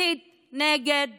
הסית נגד